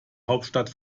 hauptstadt